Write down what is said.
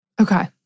Okay